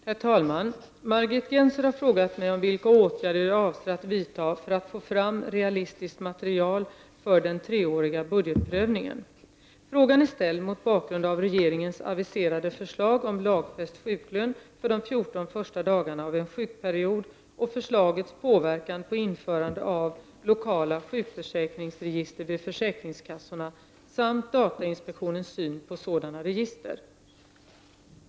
Herr talman! Margit Gennser har frågat mig vilka åtgärder jag avser att vidta för att få fram realistiskt material för den treåriga budgetprövningen. Frågan är ställd mot bakgrund av regeringens aviserade förslag om lagfäst sjuklön för de 14 första dagarna av en sjukperiod och förslagets påverkan på införande av lokala sjukförsäkringsregister vid försäkringskassorna samt datainspektionens syn på sådana register.